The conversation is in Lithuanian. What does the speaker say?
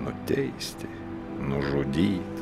nuteisti nužudyti